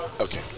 Okay